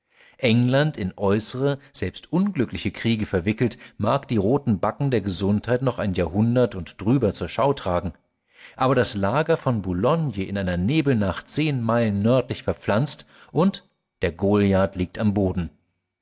england in äußere selbst unglückliche kriege verwickelt mag die roten backen der gesundheit noch ein jahrhundert und drüber zur schau tragen aber das lager von boulogne in einer nebelnacht zehn meilen nördlich verpflanzt und der goliath liegt am boden